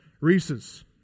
Reese's